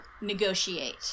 negotiate